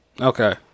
Okay